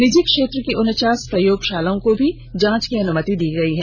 निजी क्षेत्र की उन्चास प्रयोगशालाओं को भी जांच की अनुमति दी गई है